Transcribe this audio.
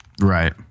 Right